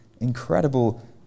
incredible